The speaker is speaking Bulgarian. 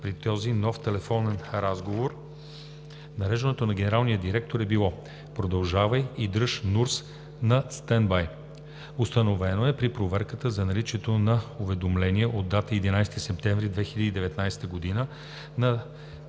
при този нов телефонен разговор нареждането на генералния директор е било: „Продължавай и дръж НУРТС на стендбай.“ Установено е при проверката наличието на уведомление от дата 11 септември 2019 г. на